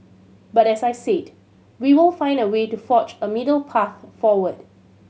but as I said we will find a way to forge a middle path forward